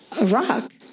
Iraq